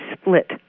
split